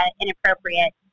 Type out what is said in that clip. inappropriate